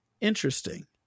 interesting